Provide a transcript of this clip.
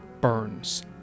Burns